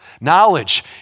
Knowledge